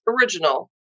original